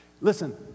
Listen